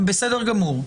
בסדר גמור.